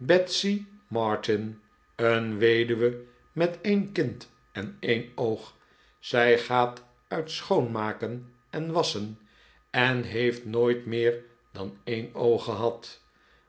betsy martin een weduwe met een kind en een oog zij gaat uit schoonmaken en wasschen en heeft nooit meer dan een oog gehad